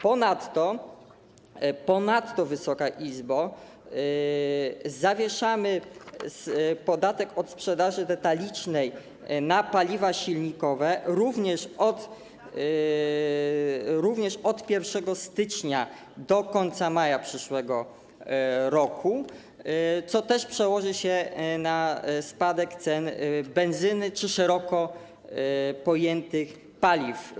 Ponadto, Wysoka Izbo, zawieszamy podatek od sprzedaży detalicznej na paliwa silnikowe, również od 1 stycznia do końca maja przyszłego roku, co też przełoży się na spadek cen benzyny czy szeroko pojętych paliw.